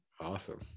Awesome